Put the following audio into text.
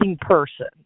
person